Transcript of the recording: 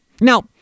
now